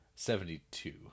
Seventy-two